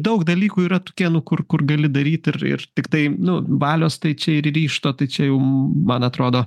daug dalykų yra tokie nu kur kur gali daryt ir ir tiktai nu valios tai čia ir ryžto tai čia jau man atrodo